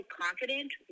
confident